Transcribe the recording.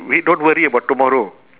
we don't worry about tomorrow